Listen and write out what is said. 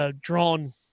Drawn